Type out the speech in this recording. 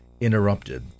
interrupted